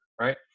right